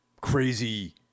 crazy